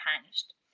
punished